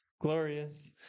glorious